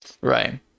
Right